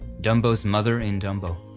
dumbo's mother in dumbo,